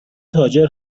تاجر